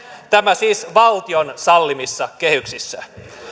tämä siis valtion sallimissa kehyksissä